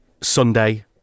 Sunday